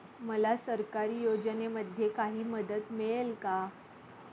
मला सरकारी योजनेमध्ये काही मदत मिळेल का?